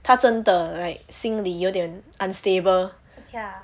他真的 like 心里有点 unstable